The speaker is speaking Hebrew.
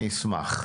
אני אשמח.